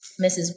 Mrs